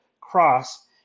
cross